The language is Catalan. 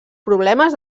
problemes